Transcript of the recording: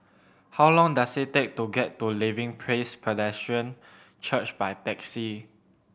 how long does it take to get to Living Praise Presbyterian Church by taxi